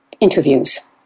interviews